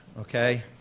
Okay